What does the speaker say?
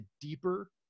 deeper